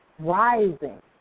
Rising